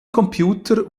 computer